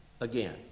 again